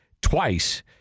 twice